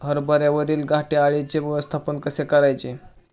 हरभऱ्यावरील घाटे अळीचे व्यवस्थापन कसे करायचे?